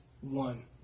one